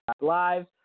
Live